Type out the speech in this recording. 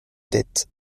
tête